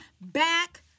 back